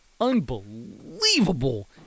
unbelievable